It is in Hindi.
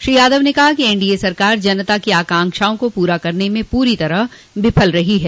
श्री यादव ने कहा कि एनडीए सरकार जनता की आकांक्षाओं को पूरा करने में पूरी तरह विफल रही है